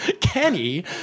Kenny